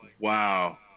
Wow